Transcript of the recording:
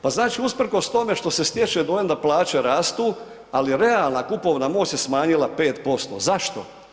Pa znači usprkos tome što se stječe dojam da plaće rastu, ali realna kupovna moć se smanjila 5%, zašto?